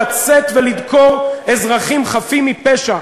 לצאת ולדקור אזרחים חפים מפשע,